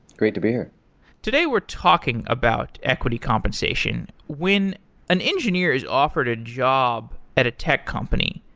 great to be here today we're talking about equity compensation. when an engineer is offered a job at a tech company,